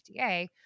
FDA